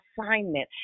assignment